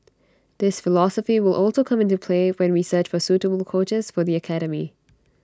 this philosophy will also come into play when we search for suitable coaches for the academy